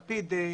לא תמיד זה אחד